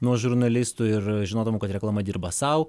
nuo žurnalistų ir žinodama kad reklama dirba sau